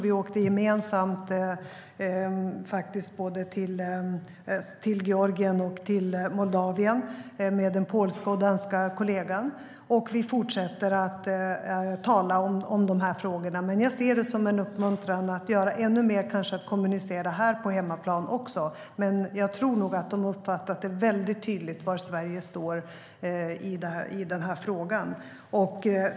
Vi åkte gemensamt till både Georgien och Moldavien med den polska och den danska kollegan. Vi fortsätter att tala om de här frågorna. Men jag ser detta som en uppmuntran att göra ännu mer, att kanske kommunicera här på hemmaplan också. Men jag tror nog att man har uppfattat väldigt tydligt var Sverige står i den här frågan.